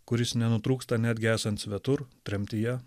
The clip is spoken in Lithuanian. kuris nenutrūksta netgi esant svetur tremtyje